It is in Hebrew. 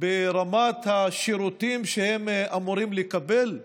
ברמת השירותים שהם אמורים לקבל?